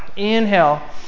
inhale